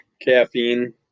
caffeine